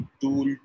tool